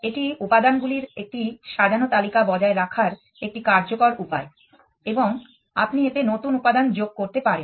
এটি উপাদানগুলির একটি সাজানো তালিকা বজায় রাখার একটি কার্যকর উপায় এবং আপনি এতে নতুন উপাদান যোগ করতে পারেন